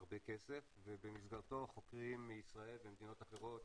הרבה כסף, ובמסגרתו חוקרים מישראל וממדינות אחרות